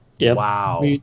Wow